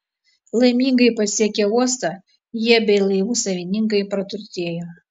laimingai pasiekę uostą jie bei laivų savininkai praturtėjo